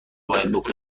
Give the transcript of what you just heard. باید